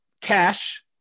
Cash